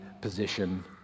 position